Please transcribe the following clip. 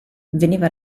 veniva